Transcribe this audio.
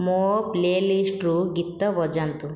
ମୋ ପ୍ଲେଲିଷ୍ଟରୁ ଗୀତ ବଜାନ୍ତୁ